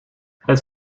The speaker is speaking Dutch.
het